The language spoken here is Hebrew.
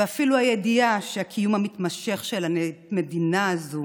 ואפילו הידיעה שהקיום המתמשך של המדינה הזאת